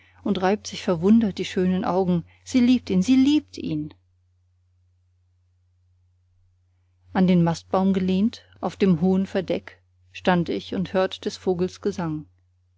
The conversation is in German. und reibt sich verwundert die schönen augen sie liebt ihn sie liebt ihn an den mastbaum gelehnt auf dem hohen verdeck stand ich und hört ich des vogels gesang